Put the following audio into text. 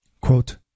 Quote